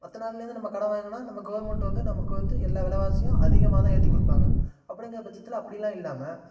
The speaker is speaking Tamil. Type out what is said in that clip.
மற்ற நாள்லேந்து நம்ம கடன் வாங்குனா அந்த நம்ம கவர்மெண்ட்டு வந்து நமக்கு வந்து எல்லா விலவாசியும் அதிகமாக தான் ஏற்றி கொடுப்பாங்க அப்படிங்கிற பட்சத்தில் அப்படியெல்லாம் இல்லாம